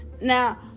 Now